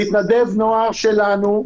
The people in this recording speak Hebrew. מתנדב נוער שלנו,